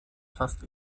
fast